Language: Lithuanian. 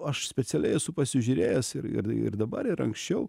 aš specialiai esu pasižiūrėjęs ir ir ir dabar ir anksčiau